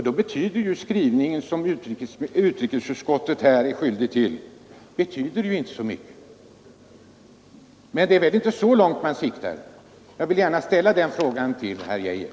Då betyder ju den skrivning som utrikesutskottet gjort inte så mycket. Men det är väl inte så långt fram i tiden man siktar? Jag vill ställa den frågan till herr Geijer.